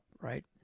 right